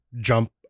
Jump